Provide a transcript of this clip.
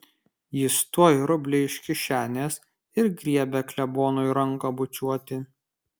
jis tuoj rublį iš kišenės ir griebia klebonui ranką bučiuoti